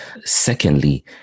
Secondly